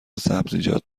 سبزیجات